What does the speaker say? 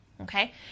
Okay